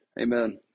amen